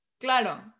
Claro